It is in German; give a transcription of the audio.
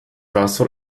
wasser